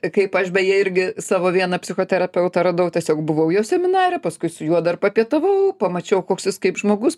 kaip aš beje irgi savo vieną psichoterapeutą radau tiesiog buvau jo seminare paskui su juo dar papietavau pamačiau koks jis kaip žmogus